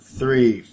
three